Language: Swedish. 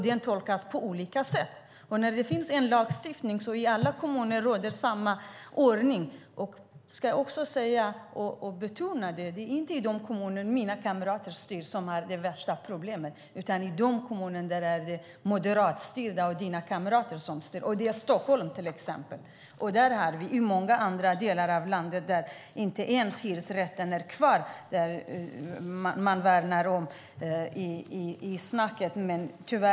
Den tolkas på olika sätt. När det finns en lagstiftning ska samma ordning råda i alla kommuner. Jag ska betona att det inte är de kommuner där mina partikamrater styr som har de värsta problemen, utan det är de kommuner som styrs av moderater och dina partikamrater. Det gäller till exempel Stockholm. I många delar av landet finns inte ens hyresrätter kvar. Man värnar om hyresrätten i sina tal.